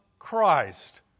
Christ